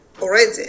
already